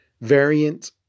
variant